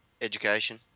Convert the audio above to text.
Education